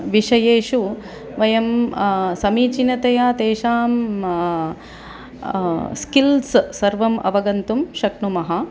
विषयेषु वयं समीचीनतया तेषां स्किल्स् सर्वम् अवगन्तुं शक्नुमः